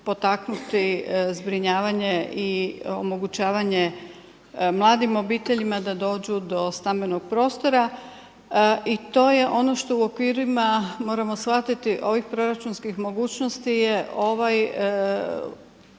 potaknuti zbrinjavanje i omogućavanje mladim obiteljima da dođu do stambenog prostora i to je ono što u okvirima moramo shvatiti ovih proračunskih mogućnosti je ovo